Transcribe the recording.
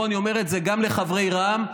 פה אני אומר זאת גם לחברי רע"מ,